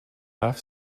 half